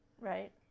Right